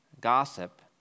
Gossip